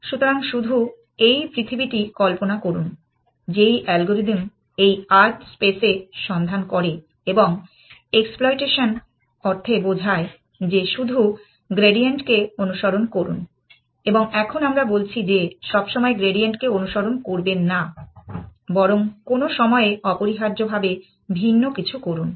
সুতরাং শুধু এই পৃথিবীটি কল্পনা করুন যেই অ্যালগরিদম এই আর্থ স্পেস এ সন্ধান করে এবং এক্সপ্লইটেশন অর্থে বোঝায় যে শুধু গ্রেডিয়েন্ট কে অনুসরন করুন এবং এখন আমরা বলছি যে সবসময় গ্রেডিয়েন্টকে অনুসরণ করবেন না বরং কোনো সময়ে অপরিহার্যভাবে ভিন্ন কিছু করুন